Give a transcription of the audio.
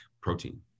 protein